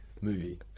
movie